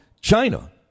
China